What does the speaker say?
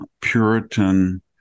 Puritan